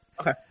Okay